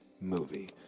movie